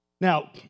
Now